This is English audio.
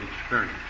experience